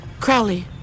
Crowley